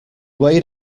weighed